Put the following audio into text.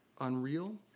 Unreal